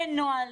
אין נוהל